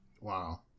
Wow